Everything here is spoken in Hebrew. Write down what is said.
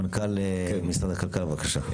מנכ"ל משרד הכלכלה, בבקשה.